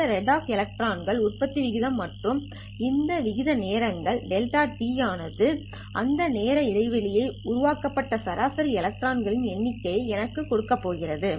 இந்த rate of electron உற்பத்தி விகிதம் மற்றும் இந்த வீத நேரங்கள் δt ஆனது அந்த நேர இடைவேளையில் உருவாக்கப்பட்ட சராசரியாக எலக்ட்ரான்களின் எண்ணிக்கையை எனக்குக் கொடுக்கப் போகிறது